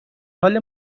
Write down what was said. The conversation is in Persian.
حال